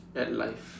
at life